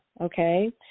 okay